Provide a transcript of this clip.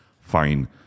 fine